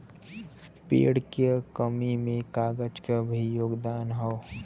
पेड़ क कमी में कागज क भी योगदान हौ